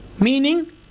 Meaning